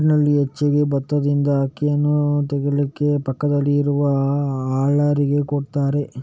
ಹಳ್ಳಿನಲ್ಲಿ ಹೆಚ್ಚಾಗಿ ಬತ್ತದಿಂದ ಅಕ್ಕಿಯನ್ನ ತೆಗೀಲಿಕ್ಕೆ ಪಕ್ಕದಲ್ಲಿ ಇರುವ ಹಲ್ಲರಿಗೆ ಕೊಡ್ತಾರೆ